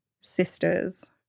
sisters